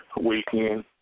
weekend